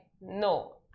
no